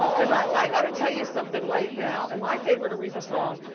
cause i gotta tell you something right now. and my favorite aretha song,